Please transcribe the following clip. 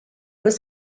was